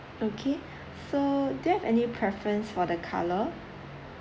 okay so do you have any preference for the colour